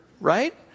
right